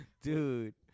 dude